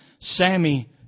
Sammy